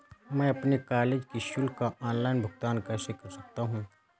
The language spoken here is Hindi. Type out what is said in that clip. मैं अपने कॉलेज की शुल्क का ऑनलाइन भुगतान कैसे कर सकता हूँ?